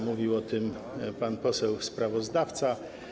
Mówił o tym pan poseł sprawozdawca.